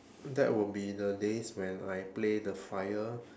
that would be the days when I play the fire